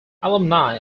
alumni